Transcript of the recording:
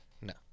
no